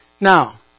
Now